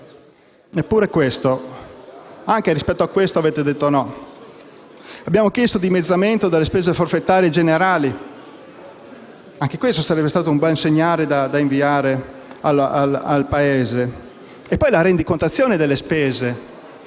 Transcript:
la diaria. Anche a questo avete detto «no». Abbiamo chiesto il dimezzamento delle spese forfettarie generali: anche questo sarebbe stato un bel segnale da inviare al Paese. E poi, la rendicontazione delle spese,